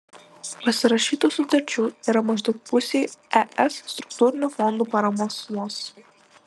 pasirašytų sutarčių yra maždaug pusei es struktūrinių fondų paramos sumos